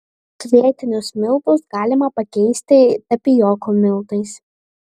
kvietinius miltus galima pakeisti tapijokų miltais